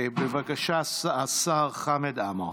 בבקשה, השר חמד עמאר.